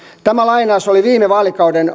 tämä lainaus oli viime vaalikauden